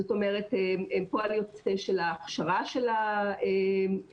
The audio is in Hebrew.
הם פועל יוצא של ההכשרה של המועמד,